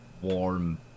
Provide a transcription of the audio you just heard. warm